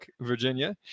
Virginia